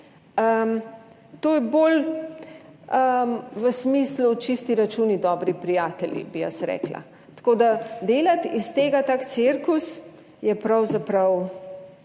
To je bolj v smislu, čisti računi, dobri prijatelji, bi jaz rekla. Tako da delati iz tega, tak cirkus je pravzaprav